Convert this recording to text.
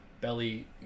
belly